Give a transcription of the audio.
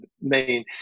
main